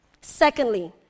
Secondly